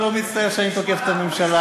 אני לא מצטער שאני תוקף את הממשלה.